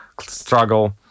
struggle